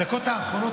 הדקות האחרונות,